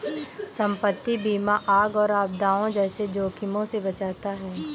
संपत्ति बीमा आग और आपदाओं जैसे जोखिमों से बचाता है